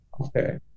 Okay